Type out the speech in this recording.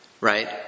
Right